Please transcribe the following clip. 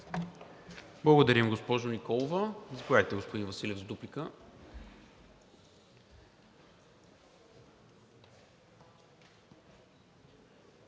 Благодаря, госпожо Николова. Заповядайте, господин Василев, за дуплика.